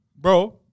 Bro